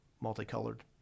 multicolored